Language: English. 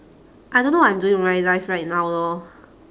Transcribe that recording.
I don't know what I'm doing with my life right now lor